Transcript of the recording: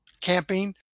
camping